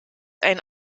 ein